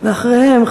ואחריהם,